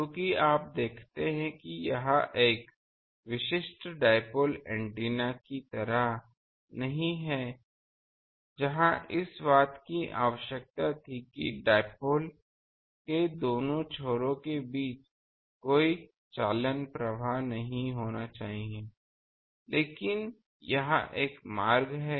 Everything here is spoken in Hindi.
क्योंकि आप देखते हैं कि यह एक विशिष्ट डाइपोल एंटीना की तरह नहीं हैजहाँ इस बात की आवश्यकता थी कि डाइपोल के दो छोरों के बीच कोई चालन प्रवाह नहीं होना चाहिए लेकिन यहाँ एक मार्ग है